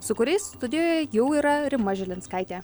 su kuriais studijoje jau yra rima žilinskaitė